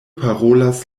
parolas